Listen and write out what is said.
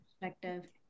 perspective